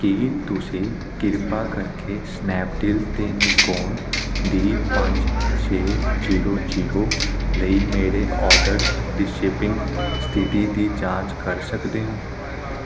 ਕੀ ਤੁਸੀਂ ਕਿਰਪਾ ਕਰਕੇ ਸਨੈਪਡੀਲ 'ਤੇ ਨਿਕੋਨ ਡੀ ਪੰਜ ਛੇ ਜੀਰੋ ਜੀਰੋ ਲਈ ਮੇਰੇ ਓਰਡਰ ਦੀ ਸ਼ਿਪਿੰਗ ਸਥਿਤੀ ਦੀ ਜਾਂਚ ਕਰ ਸਕਦੇ ਹੋ